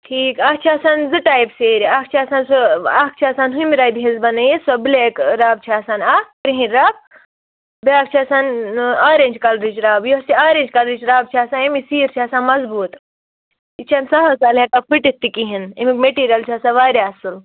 ٹھیٖک اَتھ چھِ آسان زٕ ٹایپ سیرِ اَکھ چھِ آسان سُہ اَکھ چھِ آسان ہُمہِ رَبِ ہِنٛز بَنٲیِتھ سۄ بٕلیک ٲں رَب چھِ آسان اَکھ کرٛہِنۍ رَب بیٛاکھ چھِ آسان ٲں آرینٛج کَلرٕچ رَب یۄس یہِ آرینٛج کَلرٕچ رَب چھِ آسان اَمِچ سیٖر چھِ آسان مضبوٗط یہِ چھَنہٕ سَہل سَہل ہیٚکان پھٕٹِتھ تہِ کِہیٖنۍ اَمیٛک میٹیٖریَل چھُ آسان واریاہ اصٕل